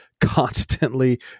constantly